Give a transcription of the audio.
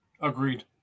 Agreed